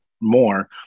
more